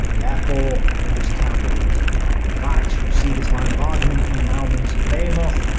therefore it was capitalism. in fact, you see this line of argument in neumann's behemoth,